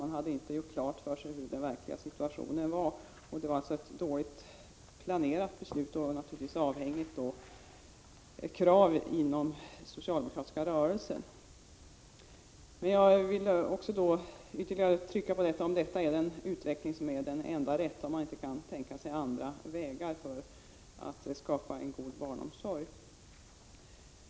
Man hade inte gjort klart för sig hurdan den verkliga situationen var. Det var alltså ett dåligt planerat beslut, naturligtvis avhängigt av ett krav inom den socialdemokratiska rörelsen. Jag vill således ifrågasätta om den beslutade inriktningen är den enda rätta och undrar om man inte kan tänka sig andra vägar för att skapa en god barnomsorg.